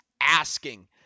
asking